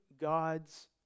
God's